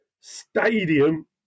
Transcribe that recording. Stadium